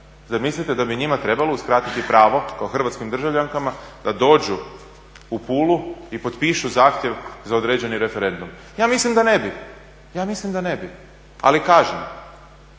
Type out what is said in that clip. Zar mislite da bi njima trebalo uskratiti pravo kao hrvatskim državljankama da dođu u Pulu i potpišu zahtjev za određeni referendum? Ja mislim da ne bi. Ali kažem,